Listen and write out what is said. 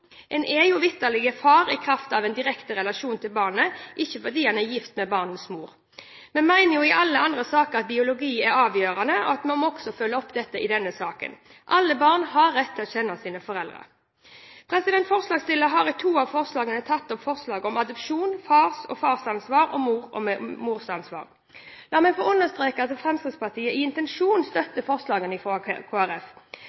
er jo vitterlig far i kraft av en direkte relasjon til barnet, ikke fordi han er gift med barnets mor. Vi mener jo i alle andre saker at biologi er avgjørende, og da må vi også følge opp dette i denne saken. Alle barn har rett til å kjenne sine foreldre. Forslagsstillerne har tatt opp to forslag som gjelder adopsjon og vekten på far og farsansvar og mor og morsansvar. La meg få understreke at Fremskrittspartiet i